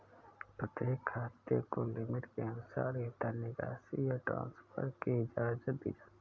प्रत्येक खाते को लिमिट के अनुसार ही धन निकासी या ट्रांसफर की इजाजत दी जाती है